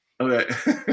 Okay